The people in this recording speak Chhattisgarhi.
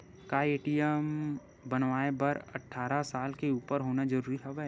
का ए.टी.एम बनवाय बर अट्ठारह साल के उपर होना जरूरी हवय?